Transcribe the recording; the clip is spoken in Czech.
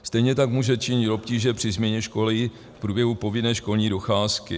Stejně tak může činit obtíže při změně školy v průběhu povinné školní docházky.